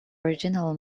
original